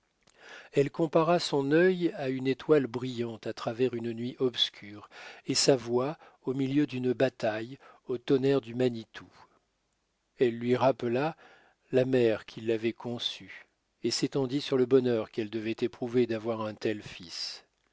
elle compara son œil à une étoile brillante à travers une nuit obscure et sa voix au milieu d'une bataille au tonnerre du manitou elle lui rappela la mère qui l'avait conçu et s'étendit sur le bonheur qu'elle devait éprouver d'avoir un tel fils